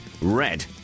Red